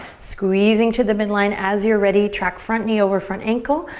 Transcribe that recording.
squeezing to the midline, as you're ready, track front knee over front ankle.